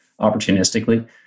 opportunistically